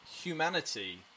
humanity